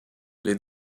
les